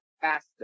faster